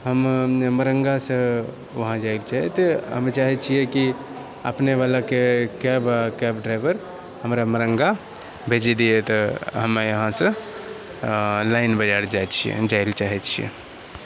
हम मरङ्गासँ वहाँ जाइके छै तऽ हम चाहै छिए कि अपनेवलाके कैब कैब ड्राइवर हमरा मरङ्गा भेजि दिए तऽ हमे यहाँसँ लाइन बजार जाइ छिए जाइलए चाहै छिए